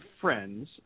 friends